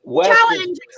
Challenge